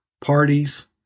Parties